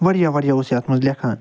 واریاہ واریاہ اوس یہِ اتھ مَنٛز لیٚکھان